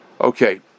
Okay